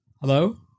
Hello